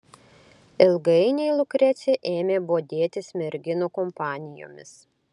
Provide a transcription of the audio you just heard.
ilgainiui lukrecija ėmė bodėtis merginų kompanijomis